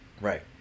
right